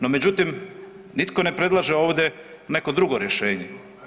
No međutim nitko ne predlaže ovdje neko drugo rješenje.